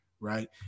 right